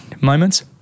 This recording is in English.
moments